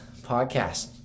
podcast